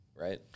right